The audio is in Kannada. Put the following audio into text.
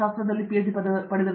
ಅರಂದಾಮ ಸಿಂಗ್ ಇವು ಅತ್ಯುತ್ತಮವಾದವು